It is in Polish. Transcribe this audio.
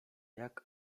jak